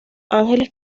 ángeles